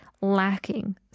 lacking